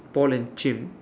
Paul and Kim